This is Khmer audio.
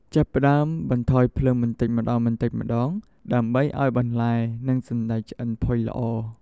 ចាប់ផ្ដើមបន្ថយភ្លើងបន្តិចម្តងៗ ដើម្បីឱ្យបន្លែ និងសណ្ដែកឆ្អិនផុយល្អ។